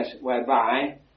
whereby